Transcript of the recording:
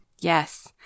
Yes